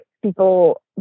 people